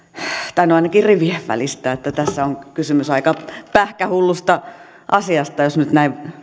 tai no ainakin rivien välistä että tässä on kysymys aika pähkähullusta asiasta jos nyt